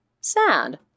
sad